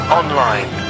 online